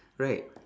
right